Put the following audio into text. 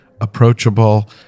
approachable